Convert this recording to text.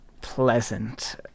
pleasant